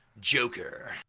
Joker